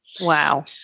Wow